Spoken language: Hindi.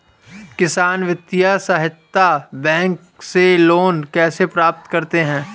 किसान वित्तीय सहायता बैंक से लोंन कैसे प्राप्त करते हैं?